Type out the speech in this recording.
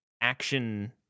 action